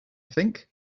think